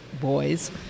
boys